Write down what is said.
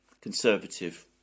Conservative